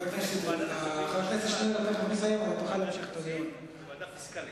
כספים וועדה פיסקלית,